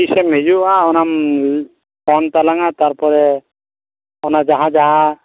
ᱛᱤᱥ ᱮᱢ ᱦᱤᱡᱩᱜᱼᱟ ᱚᱱᱟᱢ ᱯᱷᱳᱱ ᱛᱟᱞᱟᱝ ᱟᱢ ᱛᱟᱨᱯᱚᱨᱮ ᱚᱱᱟ ᱡᱟᱦᱟᱸ ᱡᱟᱦᱟᱸ